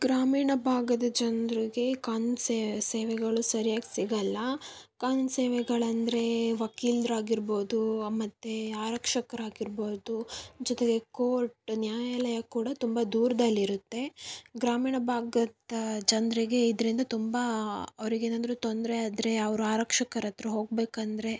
ಗ್ರಾಮೀಣ ಭಾಗದ ಜನರಿಗೆ ಕಾನೂನು ಸೇವೆಗಳು ಸರಿಯಾಗಿ ಸಿಗಲ್ಲ ಕಾನೂನು ಸೇವೆಗಳೆಂದ್ರೆ ವಕೀಲ್ರು ಆಗಿರ್ಬೋದು ಮತ್ತು ಆರಕ್ಷಕ್ರು ಆಗಿರ್ಬೋದು ಜೊತೆಗೆ ಕೋರ್ಟ್ ನ್ಯಾಯಾಲಯ ಕೂಡ ತುಂಬ ದೂರದಲ್ಲಿರುತ್ತೆ ಗ್ರಾಮೀಣ ಭಾಗದ ಜನರಿಗೆ ಇದರಿಂದ ತುಂಬ ಅವ್ರಿಗೆ ಏನಾದ್ರೂ ತೊಂದರೆ ಆದರೆ ಅವರು ಆರಕ್ಷಕರತ್ತಿರ ಹೋಗಬೇಕೆಂದ್ರೆ